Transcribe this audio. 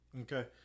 okay